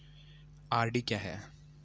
RD क्या है?